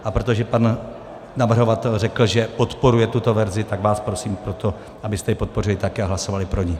A protože pan navrhovatel řekl, že podporuje tuto verzi, tak vás prosím, abyste ji podpořili také a hlasovali pro ni.